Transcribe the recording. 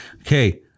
Okay